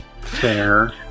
Fair